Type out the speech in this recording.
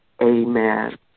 Amen